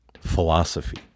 philosophy